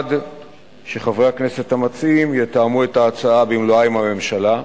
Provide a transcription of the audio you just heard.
ובלבד שחברי הכנסת המציעים יתאמו את ההצעה במלואה עם הממשלה.